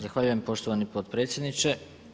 Zahvaljujem poštovani potpredsjedniče.